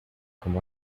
como